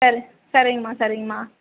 சரி சரிங்மா சரிங்மா